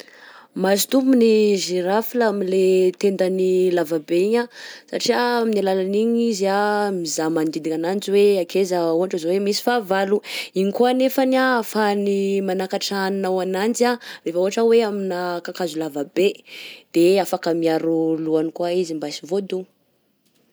Mahazo tombony ny zirafy la amin'ny ilay tendany lava be igny anh satria ah amin'ny alalan'igny izy anh mizaha magnodidina ananjy hoe akaiza ohatra zao hoe misy fahavalo, igny koa anefany anh ahafahany manakatra hanina hoananjy anh rehefa ohatra hoe aminà kakazo lava be de afaka miaro lohany koa izy mba sy ho voadona.